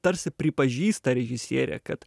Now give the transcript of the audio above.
tarsi pripažįsta režisierė kad